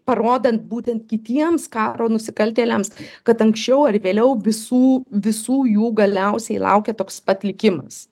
parodant būtent kitiems karo nusikaltėliams kad anksčiau ar vėliau visų visų jų galiausiai laukia toks pat likimas